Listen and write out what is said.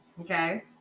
Okay